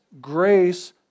grace